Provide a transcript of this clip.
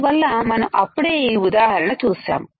అందువల్ల మనం అప్పుడే ఈ ఉదాహరణ చూసాము